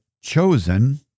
chosen